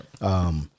Right